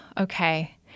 Okay